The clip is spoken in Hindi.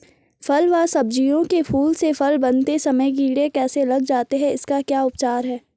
फ़ल व सब्जियों के फूल से फल बनते समय कीड़े कैसे लग जाते हैं इसका क्या उपचार है?